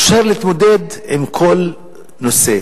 אפשר להתמודד עם כל נושא,